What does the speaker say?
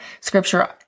Scripture